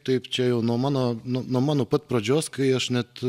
taip čia jau nuo mano nuo mano pat pradžios kai aš net